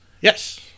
Yes